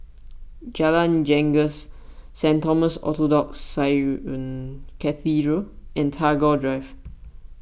Jalan Janggus Saint Thomas Orthodox Syrian Cathedral and Tagore Drive